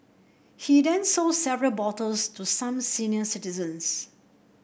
he then sold several bottles to some senior citizens